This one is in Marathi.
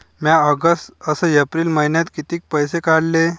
म्या ऑगस्ट अस एप्रिल मइन्यात कितीक पैसे काढले?